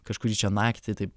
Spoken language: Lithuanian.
kažkurį čia naktį taip